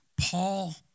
Paul